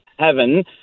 heaven